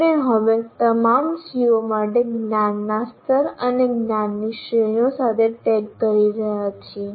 આપણે હવે તમામ CO માટે જ્ઞાનના સ્તર અને જ્ઞાનની શ્રેણીઓ સાથે ટેગ કરી રહ્યા છીએ